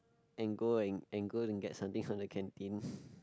and go and and go and get something so they can